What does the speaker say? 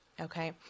okay